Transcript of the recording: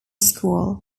school